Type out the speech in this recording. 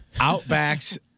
Outback's